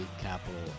capital